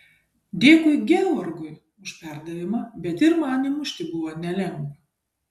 dėkui georgui už perdavimą bet ir man įmušti buvo nelengva